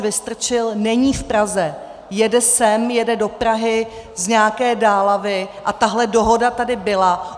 Vystrčil není v Praze, jede sem, jede do Prahy z nějaké dálavy a tahle dohoda tady byla.